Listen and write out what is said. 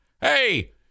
Hey